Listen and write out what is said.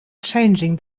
changing